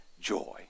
joy